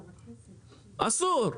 אסור.